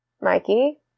Mikey